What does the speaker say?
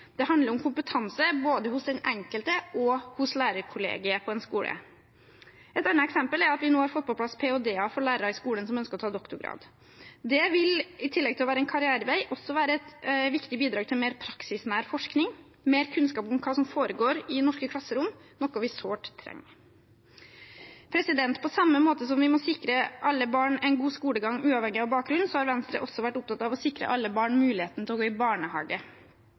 Det handler om kompetanse både hos den enkelte og hos lærerkollegiet på en skole. Et annet eksempel er at vi nå har fått på plass ph.d.-er for lærere i skolen som ønsker å ta doktorgrad. Det vil i tillegg til å være en karrierevei også være et viktig bidrag til mer praksisnær forskning, mer kunnskap om hva som foregår i norske klasserom, noe vi sårt trenger. På samme måte som vi må sikre alle barn en god skolegang uavhengig av bakgrunn, har Venstre også vært opptatt av å sikre alle barn muligheten til å gå i barnehage.